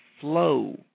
flow